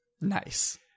Nice